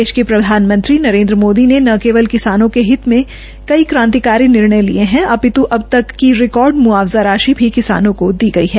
देश के प्रधानमंत्री नरेन्द्र मोदी ने न केवल किसानों के हित में कई कांतिकारी निर्णय लिए हैं अपित अब तक की रिकार्ड मुआवजा राशि भी किसानों को दी गई है